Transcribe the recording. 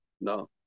No